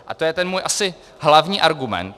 A to je ten můj asi hlavní argument.